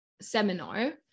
seminar